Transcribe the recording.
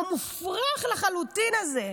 המופרך לחלוטין הזה,